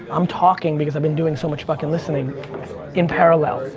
i'm talking because i've been doing so much fucking listening in parallel.